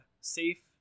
safe